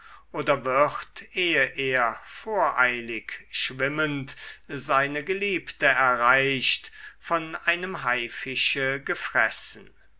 oder wird ehe er voreilig schwimmend seine geliebte erreicht von einem haifische gefressen